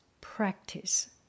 practice